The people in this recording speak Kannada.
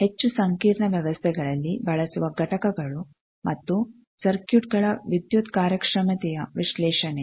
ಹೆಚ್ಚು ಸಂಕೀರ್ಣ ವ್ಯವಸ್ಥೆಗಳಲ್ಲಿ ಬಳಸುವ ಘಟಕಗಳು ಮತ್ತು ಸರ್ಕ್ಯೂಟ್ಗಳ ವಿದ್ಯುತ್ ಕಾರ್ಯಕ್ಷಮತೆಯ ವಿಶ್ಲೇಷಣೆ